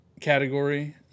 category